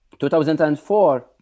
2004